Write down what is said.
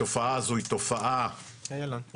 התופעה הזו היא תופעה רוחבית